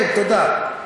כן, תודה.